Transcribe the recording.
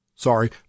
Sorry